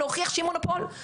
להוכיח שהוא מונופול.